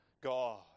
God